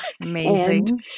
amazing